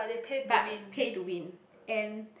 but pay to win and